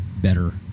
better